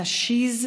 התשי"ז